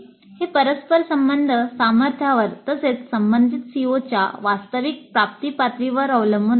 हे परस्परसंबंध सामर्थ्यावर तसेच संबंधित COच्या वास्तविक प्राप्ती पातळीवर अवलंबून असेल